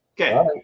Okay